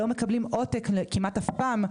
לא מקבלים עותק כמעט אף פעם,